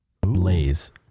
Blaze